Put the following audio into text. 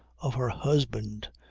of her husband.